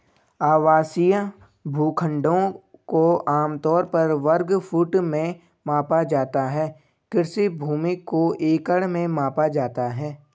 आवासीय भूखंडों को आम तौर पर वर्ग फुट में मापा जाता है, कृषि भूमि को एकड़ में मापा जाता है